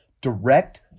direct